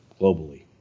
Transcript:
globally